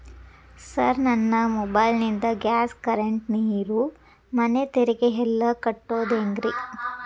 Sir ನನ್ನ mobile ನಿಂದ gas, current, ನೇರು, ಮನೆ ತೆರಿಗೆ ಎಲ್ಲಾ ಕಟ್ಟೋದು ಹೆಂಗ್ರಿ?